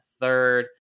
third